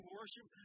worship